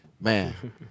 Man